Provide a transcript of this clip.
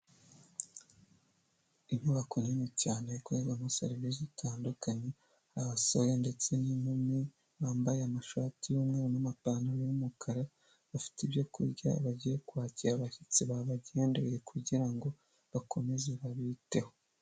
Inyubako nini cyane ikorerwamo serivisi zitandukanye, abasore ndetse n'inkumi bambaye amashati y'umweru ndetse n'amapantaro y'umukara, bafite ibyo kurya bagiye kwakira abashyitsi babagendereye kugira ngo bakomeze babiteho.